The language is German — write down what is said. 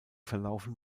verlaufen